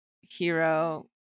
hero